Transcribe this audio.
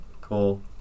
Cool